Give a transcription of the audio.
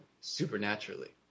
supernaturally